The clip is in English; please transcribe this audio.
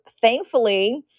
thankfully